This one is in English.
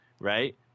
right